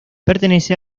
pertenece